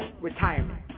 retirement